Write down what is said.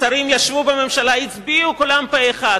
השרים ישבו בממשלה, הצביעו כולם פה-אחד.